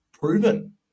proven